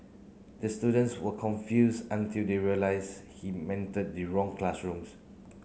the students were confused until they realised he entered the wrong classrooms